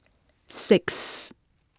six